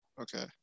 Okay